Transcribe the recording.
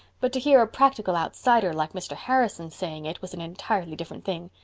but to hear a practical outsider like mr. harrison saying it was an entirely different thing.